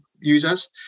users